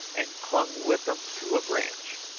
and clung with them to a branch.